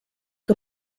que